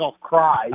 Cry